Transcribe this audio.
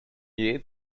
year